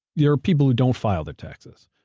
there are people who don't file their taxes.